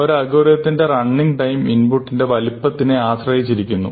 ഒരു അൽഗോരിതത്തിന്റെ running time input വലിപ്പത്തിനെ ആശ്രയിച്ചിരിക്കുന്നു